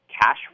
cash